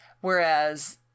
Whereas